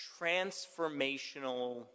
transformational